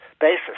basis